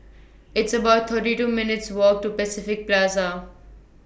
It's about thirty two minutes' Walk to Pacific Plaza